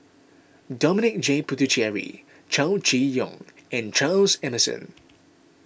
Dominic J Puthucheary Chow Chee Yong and Charles Emmerson